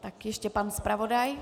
Tak ještě pan zpravodaj.